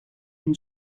and